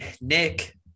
Nick